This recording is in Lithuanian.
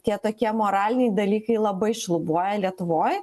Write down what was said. tie tokie moraliniai dalykai labai šlubuoja lietuvoj